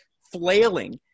flailing